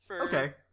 Okay